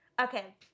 Okay